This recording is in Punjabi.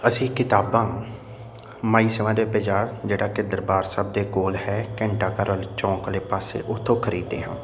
ਅਸੀਂ ਕਿਤਾਬਾਂ ਮਾਈ ਸਭਾ ਦੇ ਬਜ਼ਾਰ ਜਿਹੜਾ ਕਿ ਦਰਬਾਰ ਸਾਹਿਬ ਦੇ ਕੋਲ ਹੈ ਘੰਟਾ ਘਰ ਵੱਲ ਚੌਂਕ ਵਾਲੇ ਪਾਸੇ ਉੱਥੋਂ ਖਰੀਦਦੇ ਹਾਂ